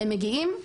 הם מגיעים,